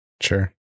Sure